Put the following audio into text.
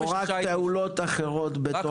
או רק פעולות אחרות?